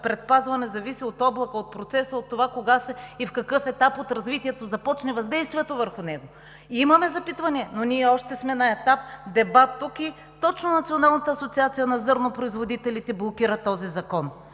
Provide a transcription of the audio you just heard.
предпазване, а зависи от облака, от процеса, от това кога и в какъв етап от развитието ще започне въздействието върху него. Имаме запитвания, но ние още сме на етап дебат и точно Националната асоциация на зърнопроизводителите блокира този закон.